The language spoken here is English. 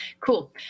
cool